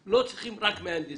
לא צריכים רק מהנדסים,